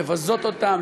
לבזות אותם,